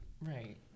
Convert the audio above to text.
Right